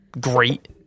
great